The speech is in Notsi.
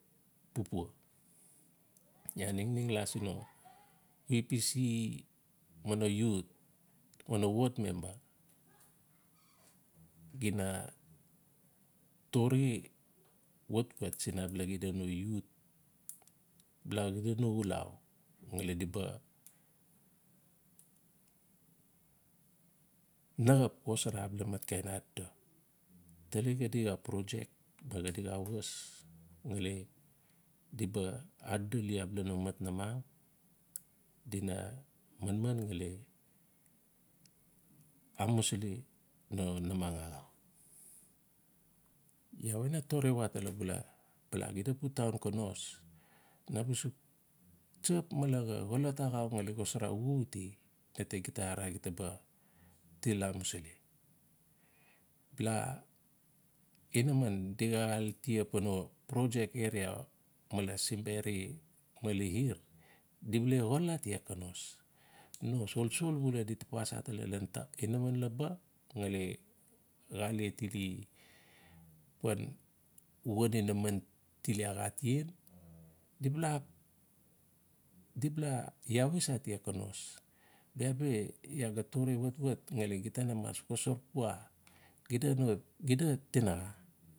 Papua iaa ningning la sin no upc ma no youth o no ward member di na tore watwat is abala xida no youth bala xida no xulau diba naxap xosara abala matkain adodo. Tali xadi xaa project male di la harvest, ngali di ba adodoli abala mat namang di na manman ngali amusili no namang axau. Ia we na tore watala bula, bala xida pu town konos, na ba suk tsap male xa xolot axau ngali xosara xuxute. Na ta gita arara gita ba til amusili. Bala inaman di xaxaal tia pano project area male simberi ma lihir, di ba le xol atia konos. No solsol bula di tapas atala ian inaman laba ngali xale tile pan wan ti lia xatien di bala-di bala lawis atia konos. Bia bi iaa ga tore watwat ngali gita na mas xosar pua xida no tinaxa.